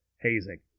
hazing